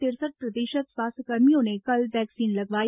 तिरसठ प्रतिशत स्वास्थ्य कर्मियों ने कल वैक्सीन लगवाई